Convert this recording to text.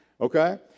Okay